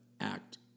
act